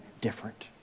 different